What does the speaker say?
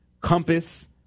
compass